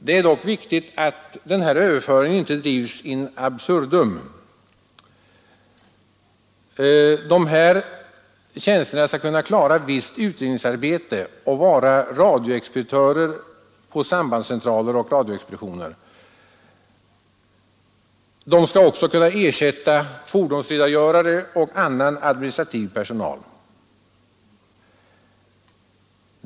Det är dock viktigt att den här överföringen inte drivs in absurdum. De här personerna skall kunna klara visst utredningsarbete och vara radioexpeditörer på sambandscentraler och radioexpeditioner. De skall också kunna ersätta fordonsredogörare och annan administrativ personal.